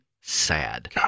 sad